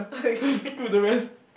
screw the rest